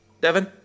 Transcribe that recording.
Devon